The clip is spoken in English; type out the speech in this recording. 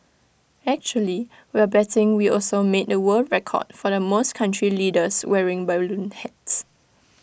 actually we're betting we also made the world record for the most country leaders wearing balloon hats